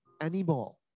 anymore